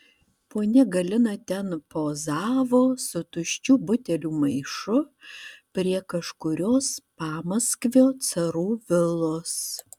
ponia galina ten pozavo su tuščių butelių maišu prie kažkurios pamaskvio carų vilos